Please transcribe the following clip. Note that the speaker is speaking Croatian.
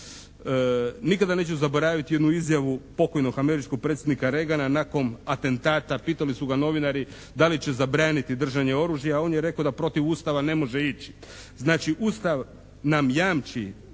Nikada neću zaboraviti jednu izjavu pokojnog američkog predsjednika Reagana nakon atentata. Pitali su ga novinari da li će zabraniti držanje oružja. On je rekao da protiv Ustava ne može ići. Znači, Ustav nam jamči